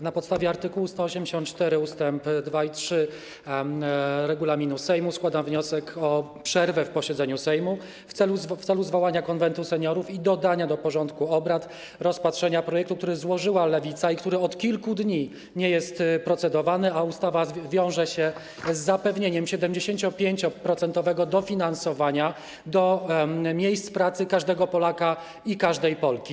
Na podstawie art. 184 ust. 2 i 3 regulaminu Sejmu składam wniosek o przerwę w posiedzeniu Sejmu w celu zwołania Konwentu Seniorów i dodania do porządku obrad punktu dotyczącego rozpatrzenia projektu ustawy, który złożyła Lewica i który od kilku dni nie jest procedowany, co wiąże się z zapewnieniem 75-procentowego dofinansowania miejsc pracy każdego Polaka i każdej Polki.